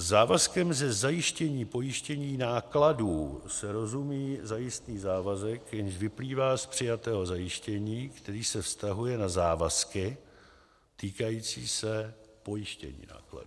Závazkem ze zajištění pojištění nákladů se rozumí zajistný závazek, jenž vyplývá z přijatého zajištění, který se vztahuje na závazky týkající se pojištění nákladů.